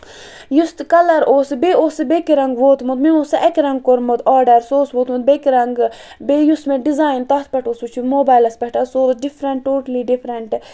یُس تہِ کَلر اوس سُہ بیٚیہِ اوس سُہ بیٚکہِ رَنگہٕ ووٚتمُت مےٚ اوس سُہ اَکہِ رَنگہٕ کوٚرمُت آرڈر سُہ اوس ووٚتمُت بیٚکہِ رَنگہٕ بیٚیہِ یُس مےٚ ڈِزَیِن تَتھ پٮ۪ٹھ اوس سُہ چھُ موبیلَس پٮ۪ٹھ سُہ اوس ڈِفرنٹ ٹوٹٔلی ڈِفرنٹ